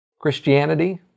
Christianity